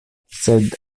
sed